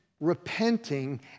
repenting